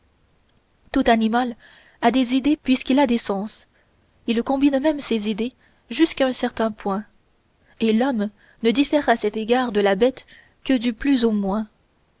tout animal a des idées puisqu'il a des sens il combine même ses idées jusqu'à un certain point et l'homme ne diffère à cet égard de la bête que du plus au moins